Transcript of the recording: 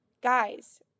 Guys